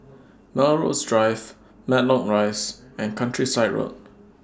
Melrose Drive Matlock Rise and Countryside Road